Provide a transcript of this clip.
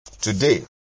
today